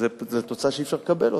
זאת תוצאה שאי-אפשר לקבל אותה.